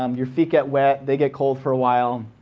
um your feet get wet, they get cold for a while.